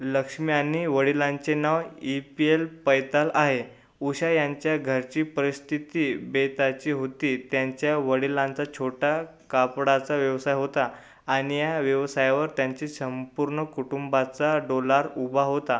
लक्ष्मी आणि वडिलांचे नाव ई पी एल पैताल आहे उषा यांच्या घरची परिस्थिती बेताची होती त्यांच्या वडिलांचा छोटा कापडाचा व्यवसाय होता आणि या व्यवसायावर त्यांचे संपूर्ण कुटुंबाचा डोलारा उभा होता